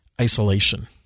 isolation